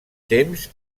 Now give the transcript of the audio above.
temps